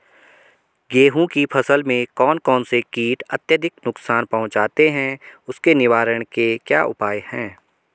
गेहूँ की फसल में कौन कौन से कीट अत्यधिक नुकसान पहुंचाते हैं उसके निवारण के क्या उपाय हैं?